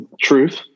truth